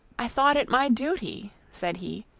i thought it my duty, said he,